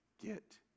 get